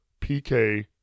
PK